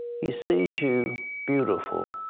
he sees you beautiful.